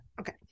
Okay